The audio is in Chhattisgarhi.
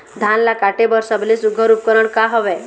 धान ला काटे बर सबले सुघ्घर उपकरण का हवए?